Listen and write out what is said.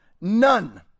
none